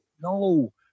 no